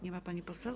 Nie ma pani poseł?